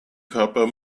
körper